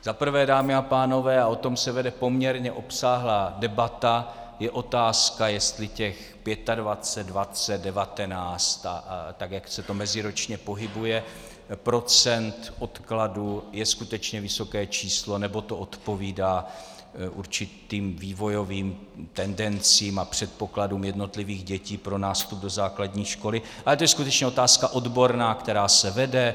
Za prvé, dámy a pánové, a o tom se vede poměrně obsáhlá debata, je otázka, jestli těch 25, 20, 19 %, tak jak se to meziročně pohybuje, odkladu je skutečně vysoké číslo, nebo to odpovídá určitým vývojovým tendencím a předpokladům jednotlivých dětí pro nástup do základní školy, ale to je skutečně otázka odborná, která se vede.